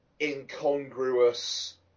incongruous